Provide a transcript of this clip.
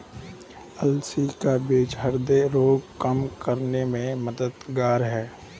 अलसी का बीज ह्रदय रोग कम करने में मददगार है